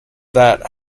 that